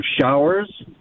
showers